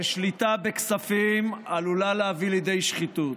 ושליטה בכספים עלולה להביא לידי שחיתות,